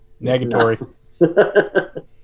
Negatory